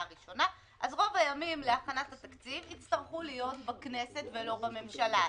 הראשונה אז רוב הימים להכנת התקציב יצטרכו להיות בכנסת ולא בממשלה.